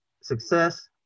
success